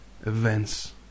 events